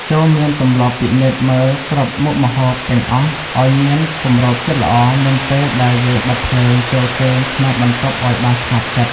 ចូរមានទម្លាប់ពិនិត្យមើលគ្រប់មុខម្ហូបទាំងអស់ឱ្យមានគម្របជិតល្អមុនពេលដែលយើងបិទភ្លើងចូលគេងក្នុងបន្ទប់ឱ្យបានស្ងប់ចិត្ត។